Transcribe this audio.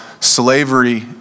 slavery